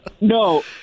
No